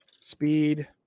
speed